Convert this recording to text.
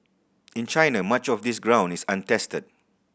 in China much of this ground is untested